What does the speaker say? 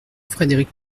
frédéric